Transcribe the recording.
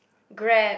Grab